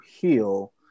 heal